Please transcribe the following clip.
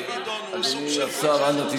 השר מיכאל ביטון הוא סוג של קונסנזוס.